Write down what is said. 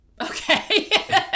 Okay